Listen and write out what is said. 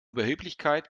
überheblichkeit